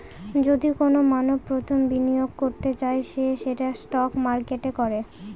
যদি কোনো মানষ প্রথম বিনিয়োগ করতে চায় সে সেটা স্টক মার্কেটে করে